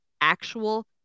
actual